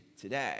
today